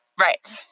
Right